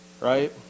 Right